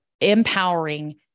empowering